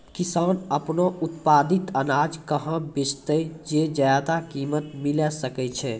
किसान आपनो उत्पादित अनाज कहाँ बेचतै जे ज्यादा कीमत मिलैल सकै छै?